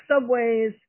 subways